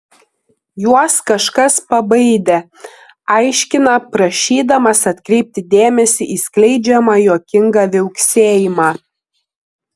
juos kažkas pabaidė aiškina prašydamas atkreipti dėmesį į skleidžiamą juokingą viauksėjimą